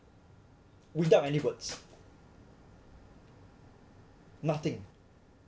without any words nothing